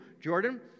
jordan